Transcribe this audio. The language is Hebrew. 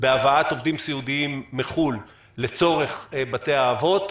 בהבאת עובדים סיעודיים מחו"ל לצורך בתי האבות?